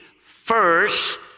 first